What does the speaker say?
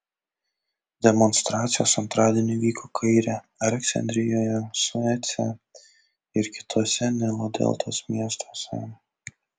demonstracijos antradienį vyko kaire aleksandrijoje suece ir kituose nilo deltos miestuose